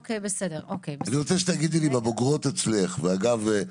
אוקיי בסדר, אוקיי בסדר.